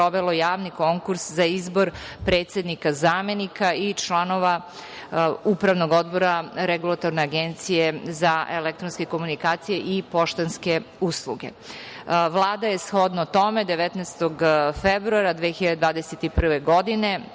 sprovelo javni konkurs za izbor predsednika, zamenika i članova Upravnog odbora Regulatorne agencije za elektronske komunikacije i poštanske usluge. Vlada je, shodno tome, 19. februara 2021. godine